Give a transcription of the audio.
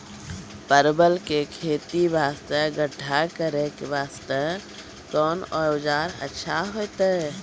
परवल के खेती वास्ते गड्ढा करे वास्ते कोंन औजार अच्छा होइतै?